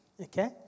Okay